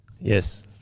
Yes